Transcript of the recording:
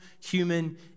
human